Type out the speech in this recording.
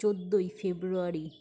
চোদ্দোই ফেব্রুয়ারি